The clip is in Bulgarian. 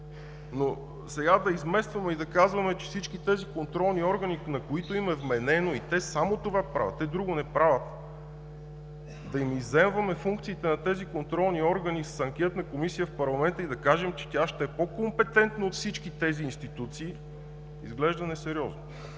Но сега да изместваме и да казваме, че всички тези контролни органи, на които им е вменено и те само това правят, те друго не правят, да изземаме функциите на тези контролни органи с анкетна комисия в парламента и да кажем, че тя ще е по-компетентна от всички тези институции изглежда несериозно.